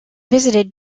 visited